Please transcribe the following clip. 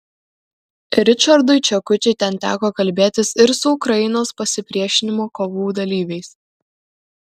ričardui čekučiui ten teko kalbėtis ir su ukrainos pasipriešinimo kovų dalyviais